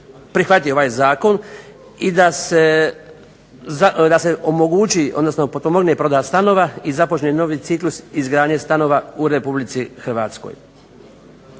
prihvati ovaj zakon i da se omogući odnosno potpomogne prodaja stanova i započne novi ciklus izgradnje stanova u Republici Hrvatskoj.